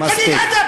חוצפן.